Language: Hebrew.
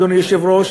אדוני היושב-ראש.